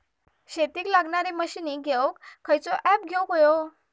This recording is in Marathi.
शेतीक लागणारे मशीनी घेवक खयचो ऍप घेवक होयो?